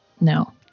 No